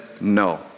no